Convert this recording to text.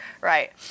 right